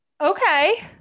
Okay